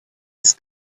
his